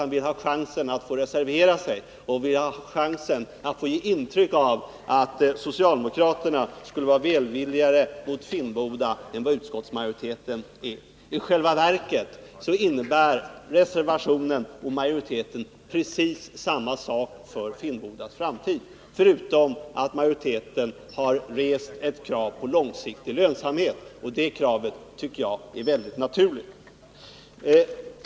Han vill snarare få en chans att reservera sig och därigenom kunna ge intryck av att socialdemokraterna skulle vara välvilligare mot Finnboda Varf än vad utskottsmajoriteten är. I själva verket har reservationen och majoritetens förslag precis samma innebörd för Finnbodas framtid, utom i vad avser det av utskottsmajoriteten resta kravet på långsiktig lönsamhet. Det kravet tycker jag dock är mycket naturligt.